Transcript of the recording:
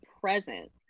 present